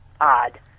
odd